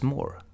More